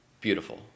beautiful